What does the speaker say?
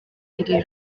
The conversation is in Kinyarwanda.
iri